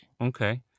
Okay